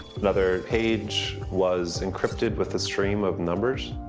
another page was encrypted with a stream of numbers.